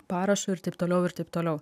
parašu ir taip toliau ir taip toliau